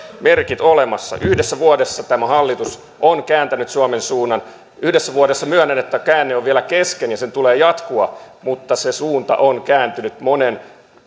merkit olemassa yhdessä vuodessa tämä hallitus on kääntänyt suomen suunnan yhdessä vuodessa myönnän että käänne on vielä kesken ja sen tulee jatkua mutta se suunta on kääntynyt monen